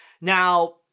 Now